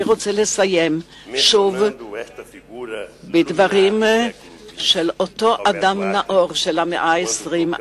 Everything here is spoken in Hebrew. אני רוצה לסיים בדברים של אותו אדם נאור של המאה ה-20,